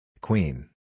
Queen